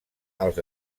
als